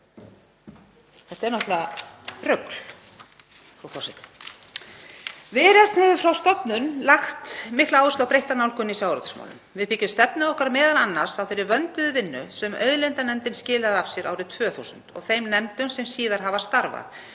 Þetta er náttúrlega rugl, frú forseti. Viðreisn hefur frá stofnun lagt mikla áherslu á breytta nálgun í sjávarútvegsmálum. Við byggjum stefnu okkar m.a. á þeirri vönduðu vinnu sem auðlindanefndin skilaði af sér árið 2000 og þeim nefndum sem síðar hafa starfað